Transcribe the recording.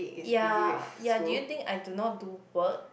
ya ya do you think I do not do work